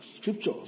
scriptures